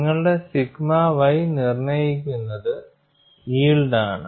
നിങ്ങളുടെ sigma y നിർണ്ണയിക്കുന്നത് yield ആണ്